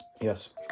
Yes